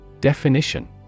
Definition